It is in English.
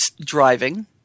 driving